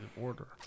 order